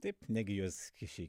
taip negi juos kiški